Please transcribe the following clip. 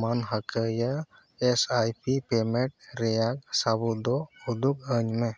ᱢᱟᱹᱱᱦᱟᱹ ᱠᱤᱭᱟᱹ S I P payment ᱨᱮᱭᱟᱜ ᱥᱟᱹᱵᱩᱫ ᱫᱚ ᱩᱫᱩᱜ ᱟᱹᱧ ᱢᱮ